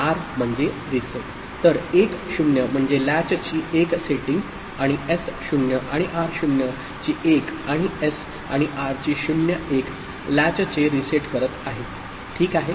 तर 1 0 म्हणजे लॅचची एक सेटिंग आणि एस 0 आणि आर 0 ची 1 आणि एस आणि आरची 0 1 लॅचचे रीसेट करत आहे ठीक आहे